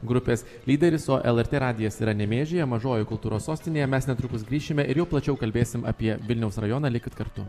grupės lyderis o lrt radijas yra nemėžyje mažojoj kultūros sostinėje mes netrukus grįšime ir jau plačiau kalbėsim apie vilniaus rajoną likit kartu